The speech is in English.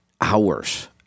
hours